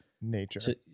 nature